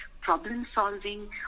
problem-solving